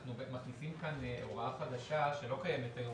אנחנו מכניסים כאן הוראה חדשה שלא קיימת היום